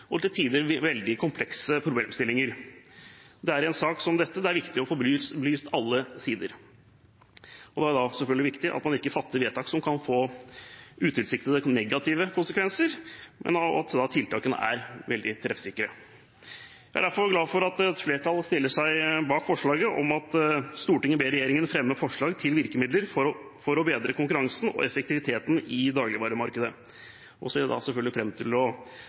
og til tider veldig komplekse problemstillinger. I en sak som dette er det viktig å få belyst alle sider. Det er viktig at man ikke fatter vedtak som kan få utilsiktede, negative konsekvenser, men at tiltakene er veldig treffsikre. Jeg er derfor glad for at et flertall stiller seg bak innstillingens forslag om at «Stortinget ber regjeringen fremme forslag til virkemidler for å bedre konkurransen og effektiviteten i dagligvaremarkedet.» Jeg ser selvfølgelig fram til å